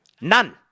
None